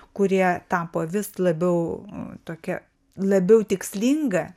kurie tapo vis labiau tokia labiau tikslinga